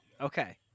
okay